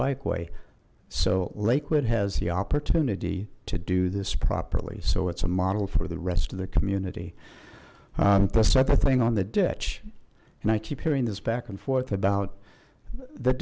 bike way so lakewood has the opportunity to do this properly so it's a model for the rest of the community the subtle thing on the ditch and i keep hearing this back and forth about the